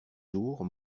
jours